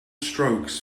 strokes